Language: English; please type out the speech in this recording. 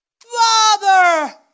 Father